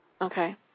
Okay